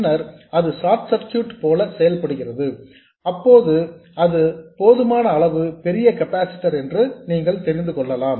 பின்னர் அது short circuit போல செயல்படுகிறது அதுவே போதுமான அளவு பெரிய கெப்பாசிட்டர் என்று தெரிந்துகொள்ளலாம்